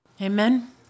Amen